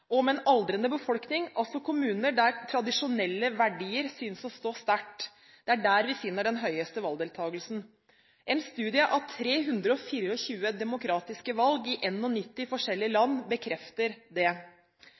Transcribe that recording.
og med en aldrende befolkning – altså kommuner der tradisjonelle verdier synes å stå sterkt – vi finner den høyeste valgdeltakelsen. En studie av 324 demokratiske valg i 91 forskjellige land bekrefter det.